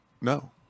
No